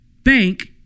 bank